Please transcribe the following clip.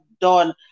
done